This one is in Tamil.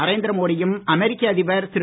நரேந்திர மோடியும் அமெரிக்க அதிபர் திரு